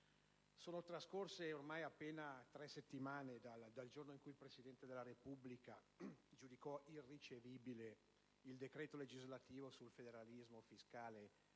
Sono trascorse appena tre settimane dal giorno in cui il Presidente della Repubblica giudicò irricevibile il decreto legislativo sul federalismo fiscale